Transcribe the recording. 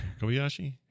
Kobayashi